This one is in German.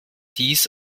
dies